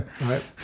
right